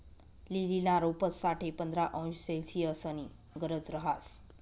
लीलीना रोपंस साठे पंधरा अंश सेल्सिअसनी गरज रहास